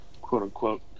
quote-unquote